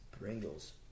Pringles